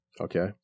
Okay